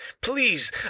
Please